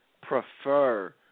prefer